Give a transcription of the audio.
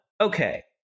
Okay